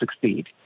succeed